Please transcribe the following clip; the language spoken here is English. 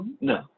no